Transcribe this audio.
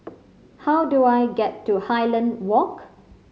how do I get to Highland Walk